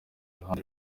iruhande